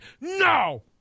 No